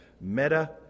Meta